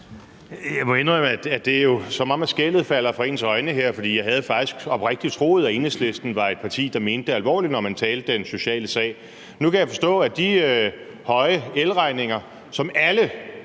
Jeg må indrømme, at det jo er, som om skællene falder fra ens øjne her, for jeg havde faktisk oprigtig troet, at Enhedslisten var et parti, der mente det alvorligt, når de talte den sociale sag. Nu kan jeg forstå, at de høje elregninger, som alle